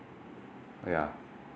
ya